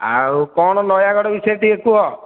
ଆଉ କ'ଣ ନୟାଗଡ଼ ବିଷୟରେ ଟିକିଏ କୁହ